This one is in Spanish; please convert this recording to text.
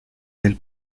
del